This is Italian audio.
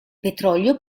petrolio